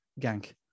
gank